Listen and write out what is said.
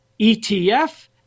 ETF